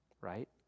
right